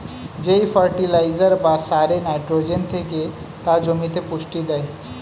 যেই ফার্টিলাইজার বা সারে নাইট্রোজেন থেকে তা জমিতে পুষ্টি দেয়